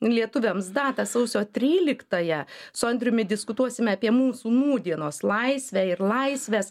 lietuviams datą sausio tryliktąją su andriumi diskutuosime apie mūsų nūdienos laisvę ir laisves